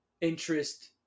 interest